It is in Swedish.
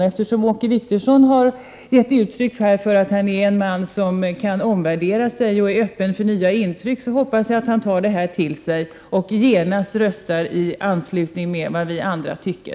Eftersom Åke Wictorsson sagt att han är en man som kan göra omvärderingar och som är öppen för nya intryck, hoppas jag att han tar det här till sig och genast röstar på det sätt som vi föreslår.